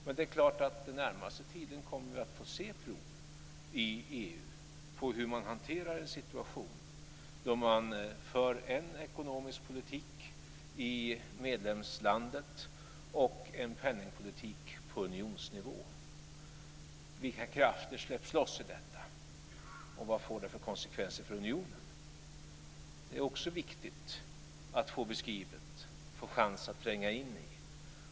Men det är klart att vi under den närmaste tiden kommer att få se prov på hur man i EU hanterar en situation då man för en ekonomisk politik i medlemslandet och en penningpolitik på unionsnivå. Vilka krafter släpps då loss, och vilka konsekvenser får det för unionen? Det är också viktigt att få beskrivet och få chans att tränga in i.